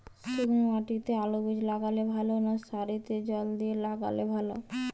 শুক্নো মাটিতে আলুবীজ লাগালে ভালো না সারিতে জল দিয়ে লাগালে ভালো?